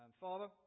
Father